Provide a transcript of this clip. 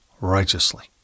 righteously